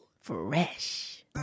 fresh